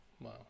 Wow